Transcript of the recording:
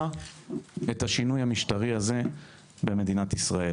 את השינוי המשטרי הזה במדינת ישראל.